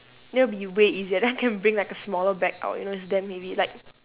that will be way easier then I can bring like a smaller bag out you know it's damn heavy like